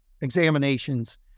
examinations